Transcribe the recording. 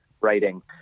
writing